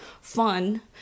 fun